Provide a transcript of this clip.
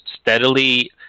steadily